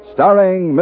Starring